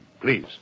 Please